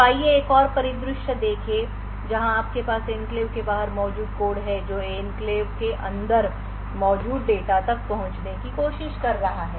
तो आइए एक और परिदृश्य देखें जहां आपके पास एन्क्लेव के बाहर मौजूद कोड है जो एन्क्लेव के अंदर मौजूद डेटा तक पहुंचने की कोशिश कर रहा है